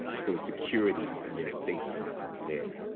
there was security and there's safety there.